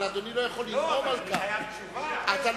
אני לא רוצה לדבר על מרן, אבל מה עם השר אלי ישי?